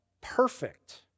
perfect